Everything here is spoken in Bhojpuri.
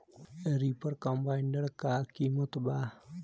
रिपर कम्बाइंडर का किमत बा?